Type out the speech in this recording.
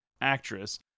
actress